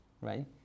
right